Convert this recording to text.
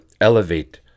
elevate